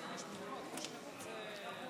יש בחירות.